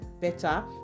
better